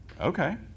Okay